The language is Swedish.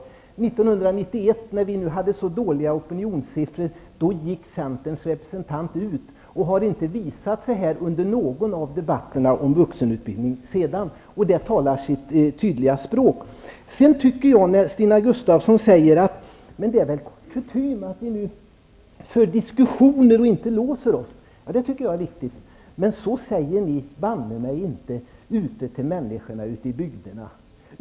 1991, när vårt parti hade så dåliga opinionssiffror, gick centerns ledande företrädare i utbildningsfrågor ut och har sedan inte visat sig under någon av debatterna om vuxenutbildningen. Det talar sitt tydliga språk. Stina Gustavsson säger att det är kutym att vi för diskussioner och inte låser oss. Det tycker jag är viktigt, men så säger ni banne mig inte till människorna ute i bygderna!